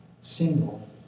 single